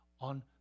on